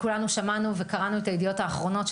כולנו שמענו וקראנו את הידיעות האחרונות,